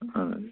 اہن حظ